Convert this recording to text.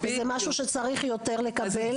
זה משהו שצריך יותר לקבל.